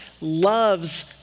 loves